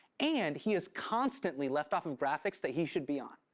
and he is constantly left off of graphics that he should be on.